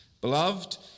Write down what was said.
Beloved